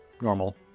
normal